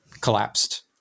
collapsed